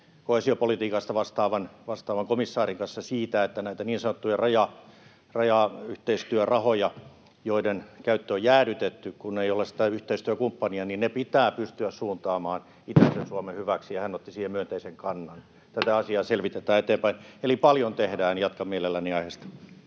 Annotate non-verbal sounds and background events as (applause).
koheesiopolitiikasta vastaavan komissaarin kanssa siitä, että näitä niin sanottuja rajayhteistyörahoja, joiden käyttö on jäädytetty, kun ei ole sitä yhteistyökumppania, pitää pystyä suuntaamaan itäisen Suomen hyväksi, ja hän otti siihen myönteisen kannan. (noise) Tätä asiaa selvitetään eteenpäin. Eli paljon tehdään, ja jatkan mielelläni aiheesta.